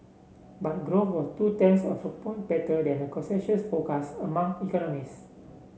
but growth was two tenths of a point better than a consensus forecast among economists